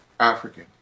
African